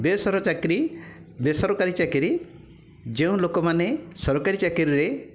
ବେସର ଚାକିରି ବେସରକାରୀ ଚାକିରି ଯେଉଁ ଲୋକମାନେ ସରକାରୀ ଚାକିରିରେ